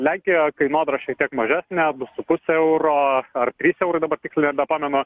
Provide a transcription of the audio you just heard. lenkijoje kainodara šiek tiek mažesnė negu su puse euro ar trys eurai dabar tiksliai nebepamenu